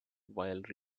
while